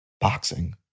Boxing